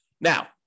now